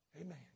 Amen